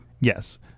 Yes